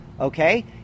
Okay